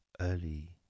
early